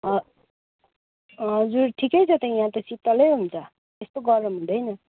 ह हजुर ठिकै छ त यहाँ त शीतलै हुन्छ त्यस्तो गरम हुँदैन